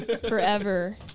Forever